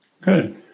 Good